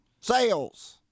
sales